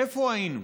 איפה היינו?